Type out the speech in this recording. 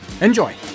Enjoy